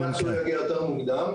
אני תקווה שהוא יגיע יותר מוקדם,